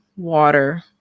Water